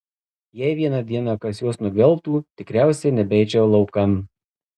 jei vieną dieną kas juos nugvelbtų tikriausiai nebeičiau laukan